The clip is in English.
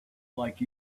like